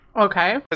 Okay